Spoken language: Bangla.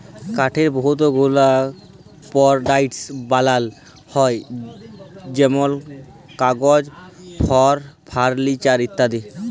কাঠের বহুত গুলা পরডাক্টস বালাল হ্যয় যেমল কাগজ, ফারলিচার ইত্যাদি